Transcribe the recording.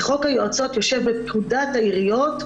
חוק היועצות נמצא בפקודת העיריות,